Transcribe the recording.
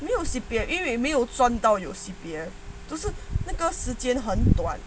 没有 C_P_F 因为没有赚到有 C_P_F 都是那个时间很短